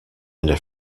into